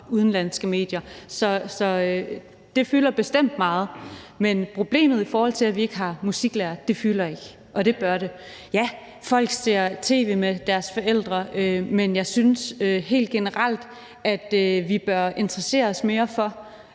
udenlandske medier. Så det fylder bestemt meget. Men problemet med, at vi ikke har musiklærere, fylder ikke, og det bør det. Ja, folk ser tv med deres forældre, men jeg synes helt generelt, at vi bør interessere os mere for,